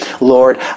Lord